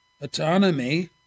Autonomy